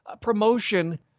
promotion